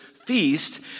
feast